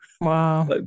Wow